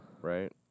right